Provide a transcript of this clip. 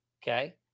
Okay